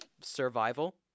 survival